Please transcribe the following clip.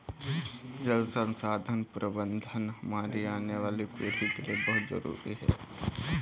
जल संसाधन प्रबंधन हमारी आने वाली पीढ़ी के लिए बहुत जरूरी है